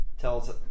tells